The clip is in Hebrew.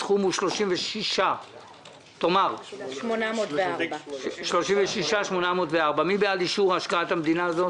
הסכום הוא 36 מיליון 804. מי בעד אישור השקעת המדינה הזאת,